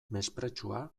mespretxua